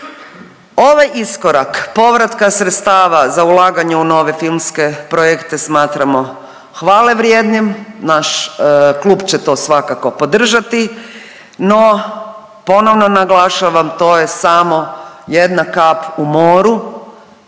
Ovaj iskorak povratka sredstava za ulaganje u nove filmske projekte smatramo hvale vrijednim. Naš klub će to svakako podržati. No, ponovno naglašavam to je samo jedna kap u moru.